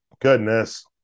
Goodness